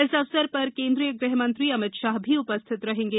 इस अवसर पर केन्द्रीय गृह मंत्री अमित शाह भी उपरिथत रहेंगे